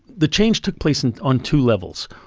the change took place and on two levels.